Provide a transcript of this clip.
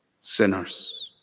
sinners